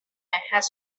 had